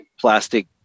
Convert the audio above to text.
plastic